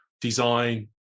design